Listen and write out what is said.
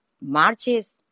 marches